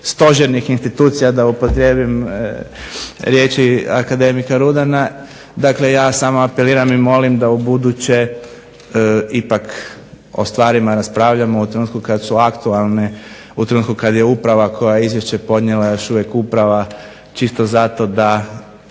stožernih institucija, da upotrijebim riječi akademika Rudana. Dakle, ja samo apeliram i molim da ubuduće ipak o stvarima raspravljamo u trenutku kad su aktualne, u trenutku kad je uprava koja je izvješće podnijela još uvijek uprava čisto zato da